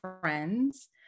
friends